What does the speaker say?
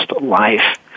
life